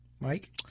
Mike